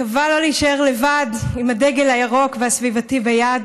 מקווה שלא להישאר לבד עם הדגל הירוק והסביבתי ביד,